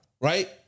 Right